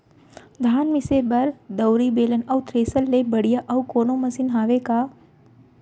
धान मिसे बर दउरी, बेलन अऊ थ्रेसर ले बढ़िया अऊ कोनो मशीन हावे का?